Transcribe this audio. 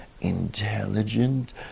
intelligent